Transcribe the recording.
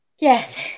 Yes